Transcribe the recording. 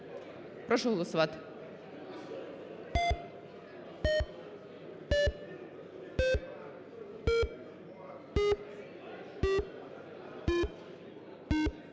Прошу голосувати.